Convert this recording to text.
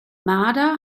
marder